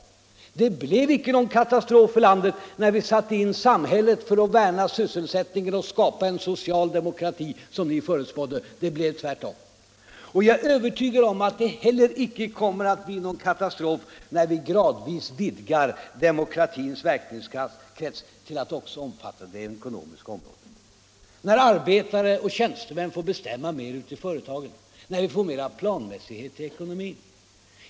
Det blev icke en katastrof för landet när vi satte in samhällets resurser för att värna sysselsättningen och skapa en social demokrati, som ni förutspådde, utan det blev tvärtom. Jag är övertygad om att det heller icke kommer att bli någon katastrof när vi gradvis vidgar demokratins verkningskrets till att också omfatta det ekonomiska området, när arbetare och tjänstemän får bestämma mer i företagen, när vi får mera planmässighet i ekonomin.